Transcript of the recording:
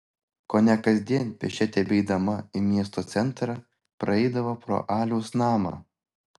kone kasdien pėsčia tebeidama į miesto centrą praeidavo pro aliaus namą